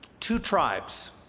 two tribes,